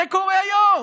זה קורה היום.